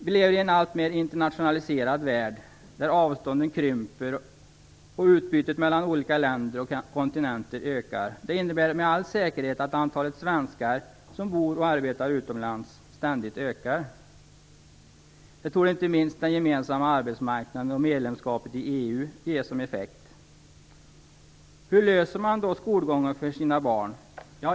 Vi lever i en värld som blir alltmer internationaliserad och där avstånden krymper och utbytet mellan olika länder och kontinenter ökar. Det innebär med all säkerhet att antalet svenskar som bor och arbetar utomlands ständigt ökar. Det torde inte minst den gemensamma arbetsmarknaden och medlemskapet i EU ge som effekt. Hur löser man då skolgången för sina barn?